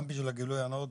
גם בשביל הגילוי הנאות,